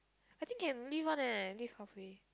I think can leave one leh leave halfway